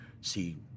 see